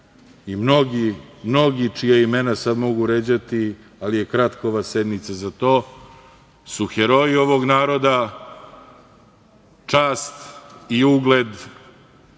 mnogi, čija imena sada mogu ređati ali je kratka ova sednica za to, su heroji ovog naroda, čast i ugled